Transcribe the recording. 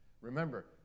Remember